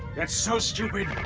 that's so stupid.